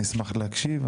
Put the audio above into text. אני אשמח להקשיב,